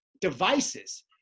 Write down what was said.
Devices